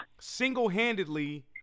single-handedly